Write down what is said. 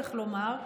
איך לומר,